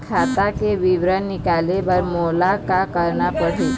खाता के विवरण निकाले बर मोला का करना पड़ही?